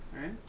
right